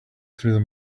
through